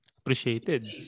appreciated